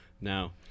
Now